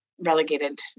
relegated